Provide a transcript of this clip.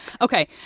Okay